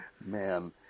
Man